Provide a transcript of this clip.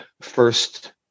first